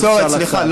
אה, הבצורת, סליחה.